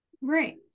Right